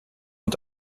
und